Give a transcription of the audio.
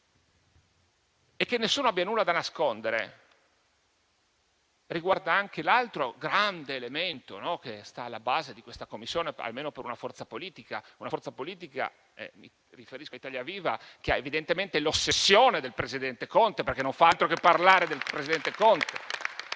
E che nessuno abbia nulla da nascondere riguarda anche l'altro grande elemento che sta alla base di questa Commissione, almeno per una forza politica come Italia Viva, che ha evidentemente l'ossessione del presidente Conte, perché non fa altro che parlare di lui.